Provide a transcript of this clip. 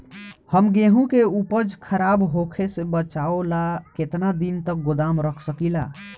हम गेहूं के उपज खराब होखे से बचाव ला केतना दिन तक गोदाम रख सकी ला?